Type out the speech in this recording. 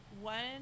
one